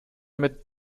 mit